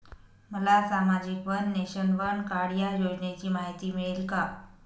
मला सामाजिक one nation, one card या योजनेची माहिती मिळेल का?